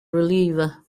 reliever